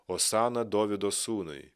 osana dovydo sūnui